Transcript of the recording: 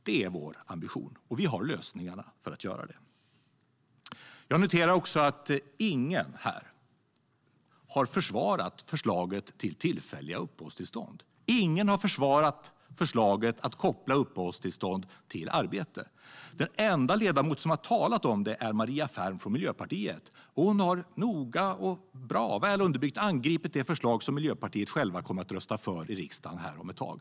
Det är vår ambition, och vi har lösningarna för att nå den. Jag noterar också att ingen här har försvarat förslaget om tillfälliga uppehållstillstånd. Ingen har försvarat förslaget att koppla uppehållstillstånd till arbete. Den enda ledamot som har talat om det är Maria Ferm från Miljöpartiet. Hon har noga och väl underbyggt angripit det förslag som Miljöpartiet själva kommer att rösta för här i riksdagen om ett tag.